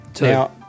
Now